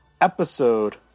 Episode